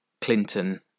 Clinton